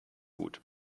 gut